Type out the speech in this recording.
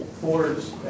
Ford's